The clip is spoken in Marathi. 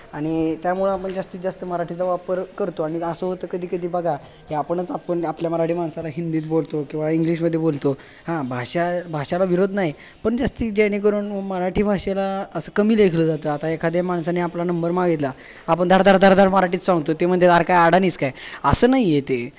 आणि त्यामुळं आपण जास्तीत जास्त मराठीचा वापर करतो आणि असं होतं कधी कधी बघा हे आपणच आपण आपल्या मराठी मानसाला हिंदीत बोलतो किंवा इंग्लिशमध्ये बोलतो हां भाषा भाषेला विरोध नाही पण जास्त जेणेकरून मराठी भाषेला असं कमी लेखलं जातं आता एखाद्या माणसाने आपला नंबर मागितला आपण धाड धाड धाड धाड मराठीत सांगतो ते म्हणतात आरं काय आडानी आहेस काय असं नाही आहे ते